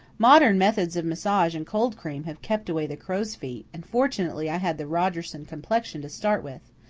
modern methods of massage and cold cream have kept away the crowsfeet, and fortunately i had the rogerson complexion to start with.